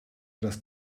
das